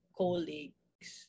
colleagues